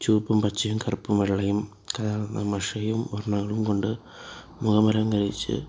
ചുവപ്പും പച്ചയും കറുപ്പും വെള്ളയും മഷിയും വർണ്ണങ്ങളും കൊണ്ട് വാമരം കഴിച്ച്